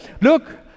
Look